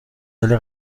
ولی